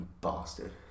bastard